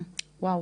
וואו,